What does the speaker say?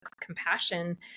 compassion